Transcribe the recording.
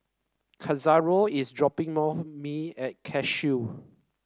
Cordero is dropping more me at Cashew